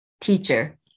teacher